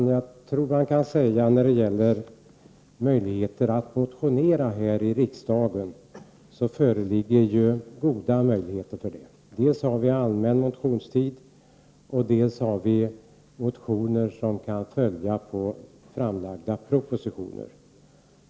Herr talman! Man kan säga att det föreligger goda möjligheter här i riksdagen att motionera. Dels har vi allmän motionstid, dels kan motioner följa på framlagda propositioner.